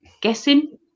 guessing